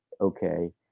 okay